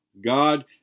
God